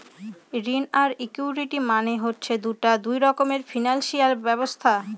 ঋণ আর ইকুইটি মানে হচ্ছে দুটা দুই রকমের ফিনান্স ব্যবস্থা